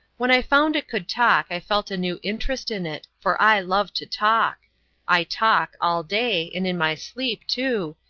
when i found it could talk i felt a new interest in it, for i love to talk i talk, all day, and in my sleep, too,